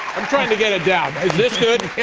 i'm trying to get it down. is this good?